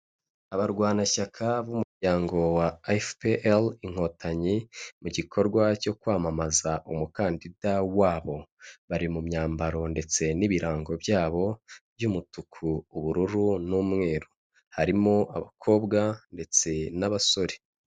Abarwanashyaka b’umuryango wa FPR Inkotanyi mu gikorwa cyo kwamamaza umukandida wabo bari mu myambaro ndetse n'ibirango byabo by’umutuku, ubururu n'umweru. Harimo abakobwa ndetse n'abasore.